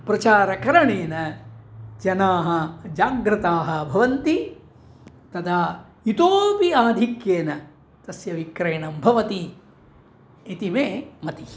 प्रचारकरणेन जनाः जागृताः भवन्ति तदा इतोऽपि आधिक्येन तस्य विक्रयणं भवति इति मे मतिः